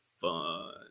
fun